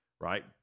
right